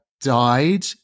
died